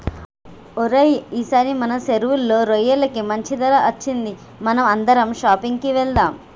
ఓరై ఈసారి మన సెరువులో రొయ్యలకి మంచి ధర అచ్చింది మనం అందరం షాపింగ్ కి వెళ్దాం